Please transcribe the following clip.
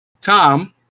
Tom